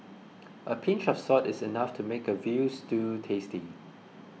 a pinch of salt is enough to make a Veal Stew tasty